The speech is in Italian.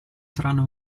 saranno